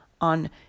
on